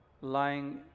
lying